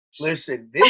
Listen